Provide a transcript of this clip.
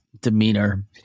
demeanor